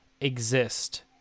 exist